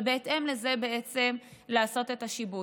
ובהתאם לזה לעשות את השיבוץ.